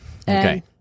Okay